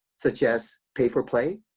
such as pay for play.